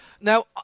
Now